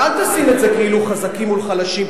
ואל תשים את זה כאילו חזקים מול חלשים,